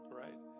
right